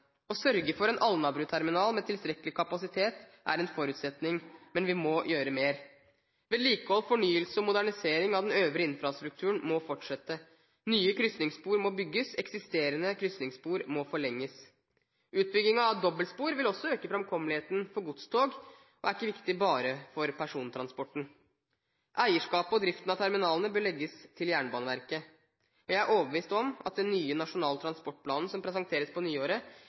Å sørge for en Alnabruterminal med tilstrekkelig kapasitet er en forutsetning, men vi må gjøre mer. Vedlikehold, fornyelse og modernisering av den øvrige infrastrukturen må fortsette. Nye krysningsspor må bygges, og eksisterende krysningsspor må forlenges. Utbyggingen av dobbeltspor vil også øke framkommeligheten for godstog og er ikke viktig bare for persontransporten. Eierskapet og driften av terminalene bør legges til Jernbaneverket. Jeg er overbevist om at den nye nasjonale transportplanen som presenteres på nyåret,